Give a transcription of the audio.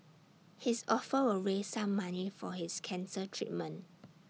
his offer will raise some money for his cancer treatment